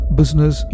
business